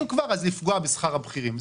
אם כבר אז לפגוע בשכר הבכירים,